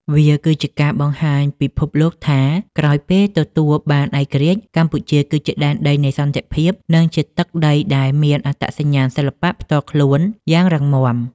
វាគឺជាការបង្ហាញពិភពលោកថា ក្រោយពេលទទួលបានឯករាជ្យ កម្ពុជាគឺជាដែនដីនៃសន្តិភាព និងជាទឹកដីដែលមានអត្តសញ្ញាណសិល្បៈផ្ទាល់ខ្លួនយ៉ាងរឹងមាំ។